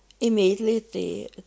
immediately